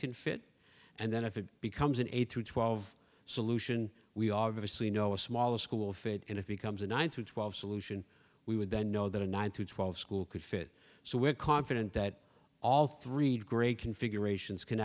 can fit and then if it becomes an eight to twelve solution we obviously know a smaller school fit and it becomes a nine to twelve solution we would then know that a nine to twelve school could fit so we're confident that all three great configurations can